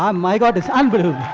um my god, it's unbelievable.